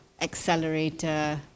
accelerator